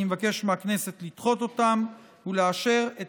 אני מבקש מהכנסת לדחות אותן ולאשר את